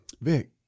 Vic